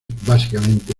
básicamente